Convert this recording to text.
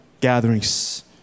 gatherings